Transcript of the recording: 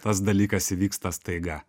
tas dalykas įvyksta staiga